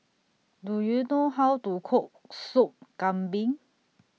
Do YOU know How to Cook Soup Kambing